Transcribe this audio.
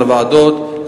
על הוועדות,